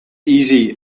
easy